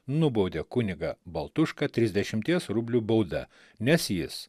nubaudė kunigą baltušką trisdešimties rublių bauda nes jis